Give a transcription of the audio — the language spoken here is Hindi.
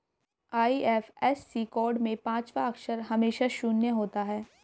आई.एफ.एस.सी कोड में पांचवा अक्षर हमेशा शून्य होता है